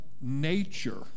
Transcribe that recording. nature